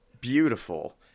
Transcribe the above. beautiful